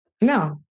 No